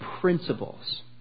principles